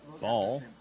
Ball